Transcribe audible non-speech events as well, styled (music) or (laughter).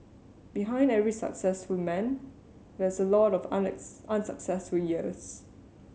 behind every successful man there's a lot of (unintelligible) unsuccessful years